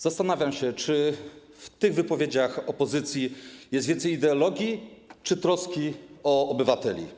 Zastanawiam się, czy w tych wypowiedziach opozycji jest więcej ideologii, czy troski o obywateli.